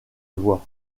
voie